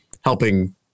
helping